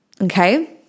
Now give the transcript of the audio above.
Okay